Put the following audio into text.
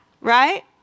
Right